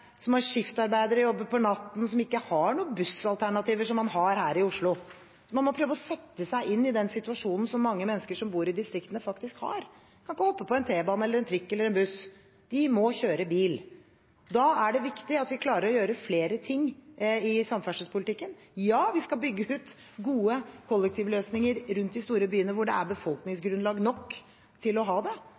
skiftarbeidere og jobber om natten som ikke har noen bussalternativer, slik man har her i Oslo. Man må prøve å sette seg inn i den situasjonen som mange mennesker som bor i distriktene, faktisk er i. De kan ikke hoppe på en T-bane eller en trikk eller en buss. De må kjøre bil. Da er det viktig at vi klarer å gjøre flere ting i samferdselspolitikken. Ja, vi skal bygge ut gode kollektivløsninger rundt de store byene, der det er befolkningsgrunnlag stort nok til å ha det.